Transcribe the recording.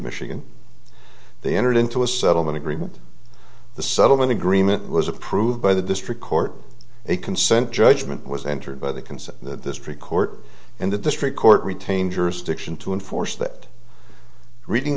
michigan they entered into a settlement agreement the settlement agreement was approved by the district court a consent judgment was entered by the consent that this pre court and the district court retain jurisdiction to enforce that reading